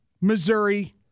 Missouri